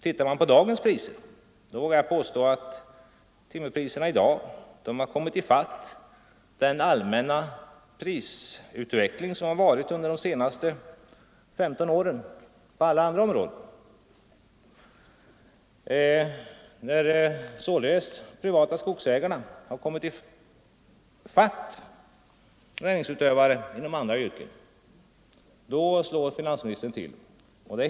Tittar man på dagens priser, så finner man — det vågar jag påstå — att timmerpriserna i dag har kommit i fatt den allmänna prisutveckling som har rått under de senaste 15 åren på alla andra områden. När de privata skogsägarna således har kommit i fatt näringsutövande inom andra yrken, då slår finansministern till.